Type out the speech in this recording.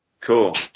Cool